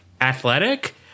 athletic